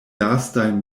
lastaj